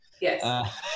Yes